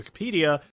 Wikipedia